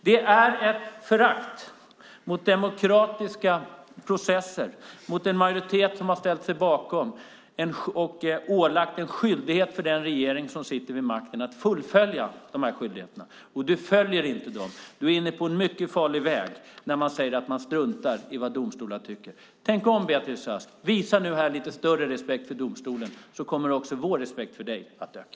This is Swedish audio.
Det är ett förakt mot demokratiska processer och mot en majoritet som har ställt sig bakom och ålagt en skyldighet för den regering som sitter vid makten att fullfölja dessa. Du följer inte dem, Beatrice Ask. Du är inne på en farlig väg när du säger att du struntar i vad domstolar tycker. Tänk om, Beatrice Ask! Visa lite större respekt för domstolen, så kommer också vår respekt för dig att öka.